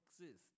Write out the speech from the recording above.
exist